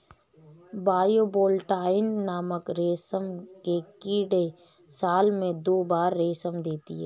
bivoltine नामक रेशम के कीड़े साल में दो बार रेशम देते है